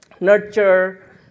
nurture